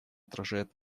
отражает